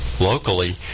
Locally